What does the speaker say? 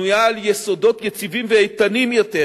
הבנויה על יסודות יציבים ואיתנים יותר,